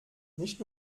nicht